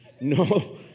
No